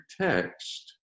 text